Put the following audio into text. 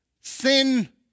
sin